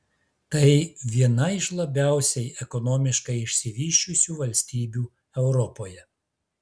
tai viena iš labiausiai ekonomiškai išsivysčiusių valstybių europoje